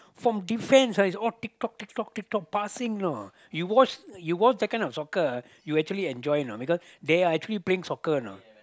from defense ah it's all tick tock tick tock tick tock passing know you watch you watch that kind of soccer ah you actually enjoy you know because they are actually playing soccer know